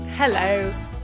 Hello